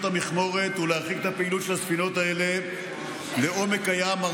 המכמורת ולהרחיק את הפעילות של הספינות האלה לעומק הים,